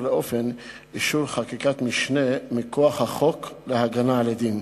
לאופן אישור חקיקת משנה מכוח החוק להגנה על עדים,